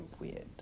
weird